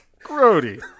Grody